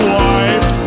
wife